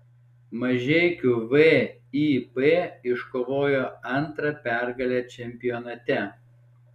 mažeikių vip iškovojo antrą pergalę čempionate